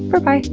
berbye.